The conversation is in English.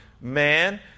man